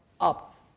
up